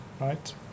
right